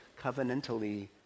covenantally